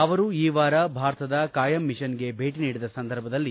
ಅವರು ಈ ವಾರ ಭಾರತದ ಖಾಯಂ ಮಿಷನ್ಗೆ ಭೇಟ ನೀಡಿದ ಸಂದರ್ಭದಲ್ಲಿ